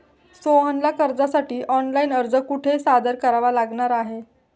सोहनला कर्जासाठी ऑनलाइन अर्ज कुठे सादर करावा लागणार आहे?